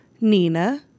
Nina